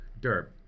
Derp